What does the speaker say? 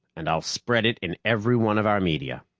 and i'll spread it in every one of our media.